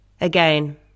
Again